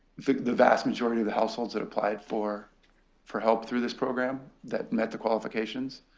the the vast majority of the households that applied for for help through this program that met the qualifications